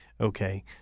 okay